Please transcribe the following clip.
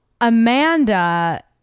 Amanda